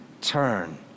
turn